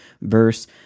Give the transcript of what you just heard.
verse